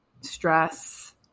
stress